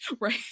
right